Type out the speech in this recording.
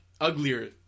uglier